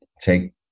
take